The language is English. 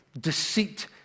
deceit